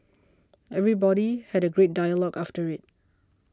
everybody had a great dialogue after it